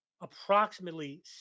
approximately